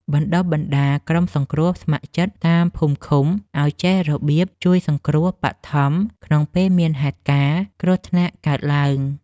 បណ្ដុះបណ្ដាលក្រុមសង្គ្រោះស្ម័គ្រចិត្តតាមភូមិឃុំឱ្យចេះរបៀបជួយសង្គ្រោះបឋមក្នុងពេលមានហេតុការណ៍គ្រោះថ្នាក់កើតឡើង។